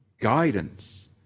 Guidance